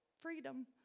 Freedom